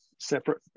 Separate